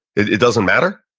it it doesn't matter?